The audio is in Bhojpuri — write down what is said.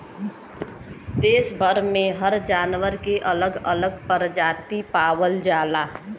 देस भर में हर जानवर के अलग अलग परजाती पावल जाला